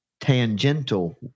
tangential